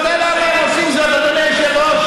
אתה יודע למה הם עושים זאת, אדוני היושב-ראש?